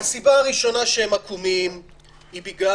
הסיבה הראשונה לכך שהם עקומים היא בגלל